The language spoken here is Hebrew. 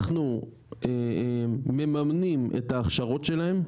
אנחנו מממנים את ההכשרות שלהם,